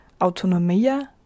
Autonomia